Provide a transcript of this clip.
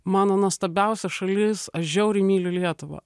mano nuostabiausia šalis aš žiauriai myliu lietuvą